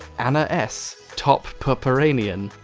anna s, top purp iranian,